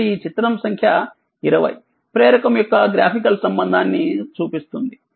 కాబట్టి ఈ చిత్రం సంఖ్య 20 ప్రేరకం యొక్క గ్రాఫికల్ సంబంధాన్ని చూపిస్తుంది